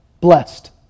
blessed